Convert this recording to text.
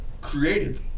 created